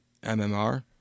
MMR